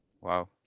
Wow